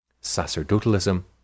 Sacerdotalism